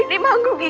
the mangoes